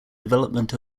development